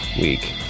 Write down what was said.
week